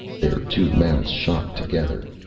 their two mounts shocked together.